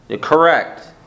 Correct